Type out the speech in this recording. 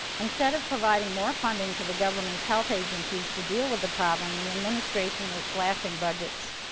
instead of providing more funding to the government's health agencies to deal with the problem, the administration was slashing budgets.